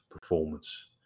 performance